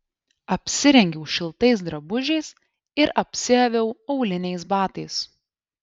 apsirengiau šiltais drabužiais ir apsiaviau auliniais batais